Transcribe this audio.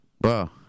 Bro